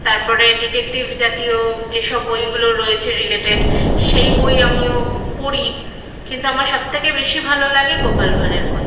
তারপরে ডিটেকটিভ জাতীয় যেসব বইগুলো রয়েছে রিলেটেড সেই বই আমিও পড়ি কিন্তু আমার সব থেকে বেশি ভালো লাগে গোপাল ভাঁড়ের বই